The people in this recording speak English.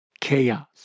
chaos